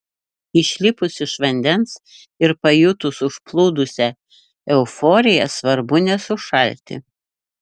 išlipus iš vandens ir pajutus užplūdusią euforiją svarbu nesušalti